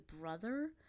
brother